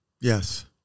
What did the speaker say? Yes